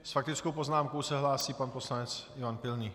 S faktickou poznámkou se hlásí pan poslanec Ivan Pilný.